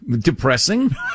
depressing